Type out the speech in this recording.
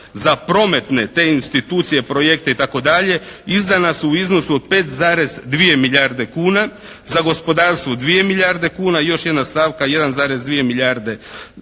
za prometne te institucije, projekte i tako dalje izdana su u iznosu od 5,2 milijarde kuna. Za gospodarstvo dvije milijarde kuna. I još jedna stavka 1,2 milijarde